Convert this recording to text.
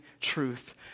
truth